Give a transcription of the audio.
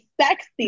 sexy